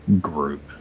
group